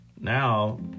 now